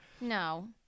No